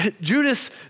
Judas